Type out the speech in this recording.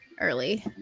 early